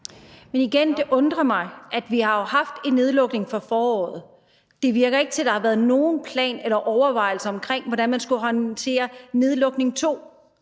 at det her undrer mig. Vi har jo haft en nedlukning i foråret, og det virker ikke til, at der har været nogen plan for eller overvejelser om, hvordan man skulle håndtere nedlukning